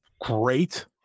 great